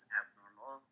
abnormal